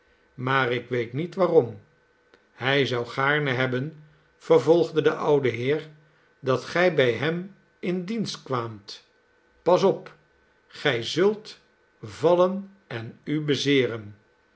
maar ik weet niet waarom hij zou gaarne hebben vervolgde de oude heer dat gij bij hem in dienst kwaamt pas op gij zult vallen en u